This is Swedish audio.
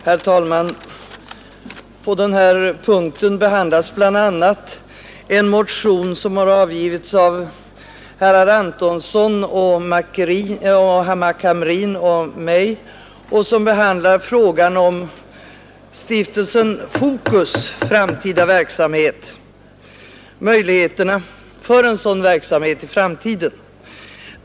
Herr talman! På den här punkten behandlas bl.a. en motion som avgivits av herr Antonsson, herr Hamrin och mig och som behandlar frågan om Stiftelsen Fokus verksamhet och möjligheterna för en sådan verksamhet i framtiden.